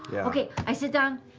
okay. i sit down.